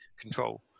control